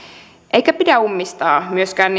eikä pidä ummistaa silmiä myöskään